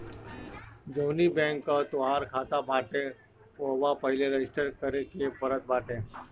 जवनी बैंक कअ तोहार खाता बाटे उहवा पहिले रजिस्टर करे के पड़त बाटे